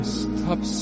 stop